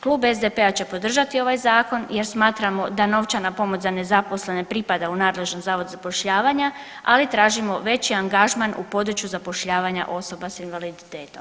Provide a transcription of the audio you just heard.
Klub SDP-a će podržati ovaj zakon jer smatramo da novčana pomoć za nezaposlene pripada u nadležni zavod zapošljavanja, ali tražimo veći angažman u području zapošljavanja osoba s invaliditetom.